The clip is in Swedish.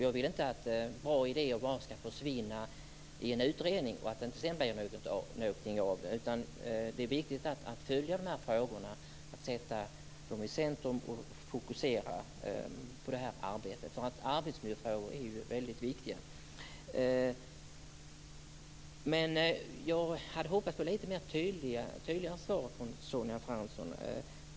Jag vill inte att bra idéer bara ska försvinna in i en utredning utan att det blir någonting av dem. Det är viktigt att följa de här frågorna, fokusera dem och sätta dem i centrum. Arbetsmiljöfrågor är ju väldigt viktiga. Jag hade hoppats på lite mer tydliga svar från Sonja Fransson.